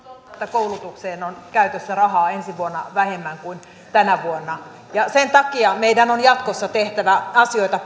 koulutukseen on käytössä rahaa ensi vuonna vähemmän kuin tänä vuonna sen takia meidän on jatkossa tehtävä asioita